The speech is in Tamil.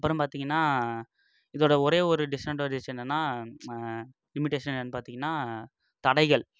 அப்புறம் பார்த்திங்கன்னா இதோடு ஒரே ஒரு டிஸ்அட்வான்டேஜ் என்னன்னால் லிமிடேஷன் என்னன்னு பார்த்திங்கன்னா தடைகள்